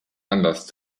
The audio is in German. anlass